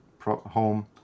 home